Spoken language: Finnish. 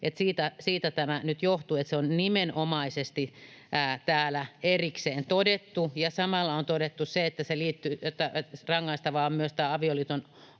siitä tämä nyt johtuu. Se on nimenomaisesti täällä erikseen todettu, ja samalla on todettu se, että rangaistavaa on myös tämä